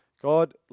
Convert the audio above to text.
God